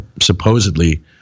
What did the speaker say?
supposedly